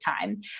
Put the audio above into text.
time